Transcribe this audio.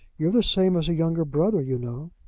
you're the same as a younger brother, you know.